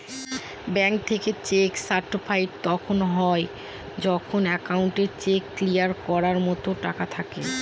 bank থেকে cheque certified তখন হয় যখন একাউন্টে চেক ক্লিয়ার করার মতো টাকা থাকে